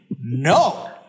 No